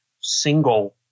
single